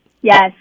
Yes